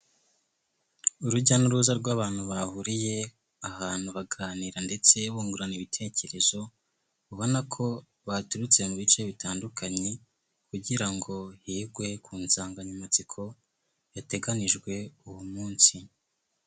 Urujya n'uruza rw'abantu bahuriye ahantu baganira ndetse bungurana ibitekerezo, ubona ko baturutse mu bice bitandukanye kugira ngo higwe ku nsanganyamatsiko yateganijwe uwo munsi.